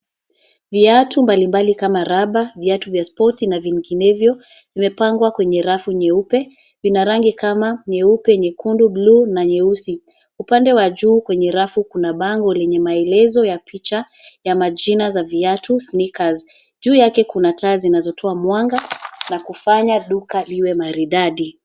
Viatu mbalimbali kama vile raba ,viatu vya spoti na vinginevyo vimepangwa kwenye rafu nyeupe vina rangi kama nyeupe, nyekundu, blue na nyeusi upande wa juu kwenye rafu kuna bango lenye maelezo ya picha ya majina za viatu sneakers . Juu yake kuna taa zinazotoa mwanga na kufanya duka liwe maridadi.